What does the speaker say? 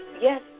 yes